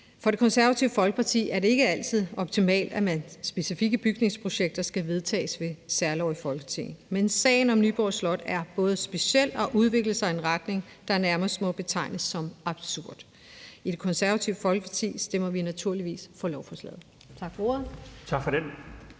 For Det Konservative Folkeparti er det ikke altid optimalt, at specifikke bygningsprojekter skal vedtages ved særlov i Folketinget. Men sagen om Nyborg Slot er både speciel og har udviklet sig i en retning, der nærmest må betegnes som absurd. I Det Konservative Folkeparti stemmer vi naturligvis for lovforslaget. Tak for ordet. Kl. 14:14 Den